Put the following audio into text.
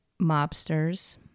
Mobsters